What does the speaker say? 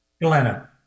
glenna